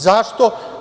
Zašto?